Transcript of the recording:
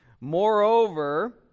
Moreover